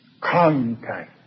Contact